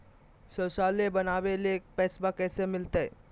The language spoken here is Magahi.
शौचालय बनावे ले पैसबा कैसे मिलते?